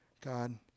God